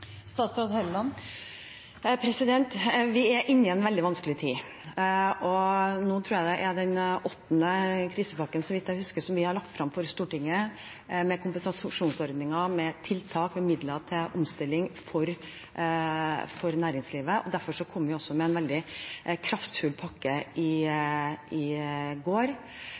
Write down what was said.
Vi er inne i en veldig vanskelig tid. Nå tror jeg det er den åttende krisepakken, så vidt jeg husker, som vi har lagt frem for Stortinget, med kompensasjonsordninger, med tiltak, med midler til omstilling for næringslivet. Vi kom også med en veldig kraftfull pakke i går. Den er innrettet for å hjelpe hele bredden av det norske næringslivet, men også reiselivet, som vi i